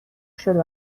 شده